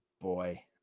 boy